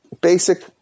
basic